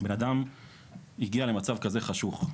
הבן אדם הגיע למצב כזה חשוך?